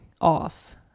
off